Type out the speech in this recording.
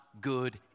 good